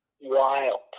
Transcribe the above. wild